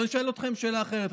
אני שואל אתכם שאלה אחרת.